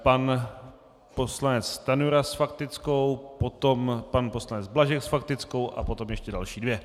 Pan poslanec Stanjura s faktickou, potom pan poslanec Blažek s faktickou a potom ještě další dvě.